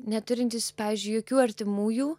neturintis pavyzdžiui jokių artimųjų